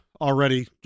already